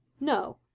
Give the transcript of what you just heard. No